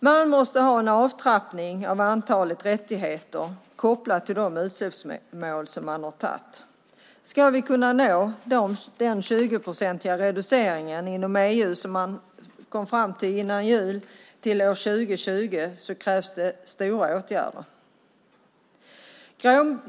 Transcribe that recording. Man måste ha en avtrappning av antalet rättigheter kopplat till de utsläppsmål som man har antagit. Ska vi kunna nå den 20-procentiga reducering till år 2020 inom EU som man kom fram till före jul så krävs det omfattande åtgärder.